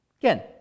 Again